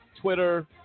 Twitter